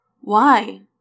Why